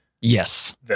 Yes